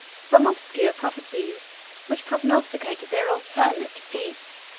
some obscure prophecies which prognosticated their alternate defeats.